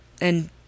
And